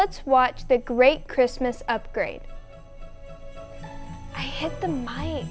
let's watch the great christmas upgrade